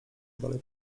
dalej